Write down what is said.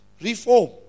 reform